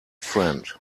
friend